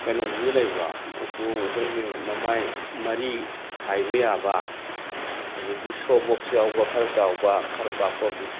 ꯀꯩꯅꯣꯗꯨꯗꯤ ꯂꯩꯕ꯭ꯔꯣ ꯎꯄꯨ ꯑꯩꯈꯣꯏꯒꯤ ꯃꯃꯥꯏ ꯃꯔꯤ ꯍꯥꯏꯕ ꯌꯥꯕ ꯑꯗꯒꯤ ꯁꯣ ꯕꯣꯛꯁ ꯌꯥꯎꯕ ꯈꯔ ꯆꯥꯎꯕ ꯄꯥꯛꯄ ꯍꯧꯖꯤꯛ